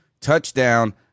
touchdown